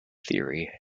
theory